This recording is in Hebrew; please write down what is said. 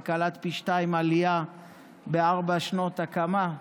וקלט פי שניים עלייה בארבע שנות הקמה.